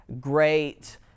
great